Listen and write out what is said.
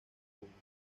público